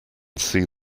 see